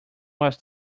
was